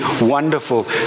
wonderful